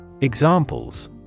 Examples